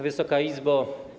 Wysoka Izbo!